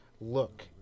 look